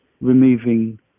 removing